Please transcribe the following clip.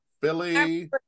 Philly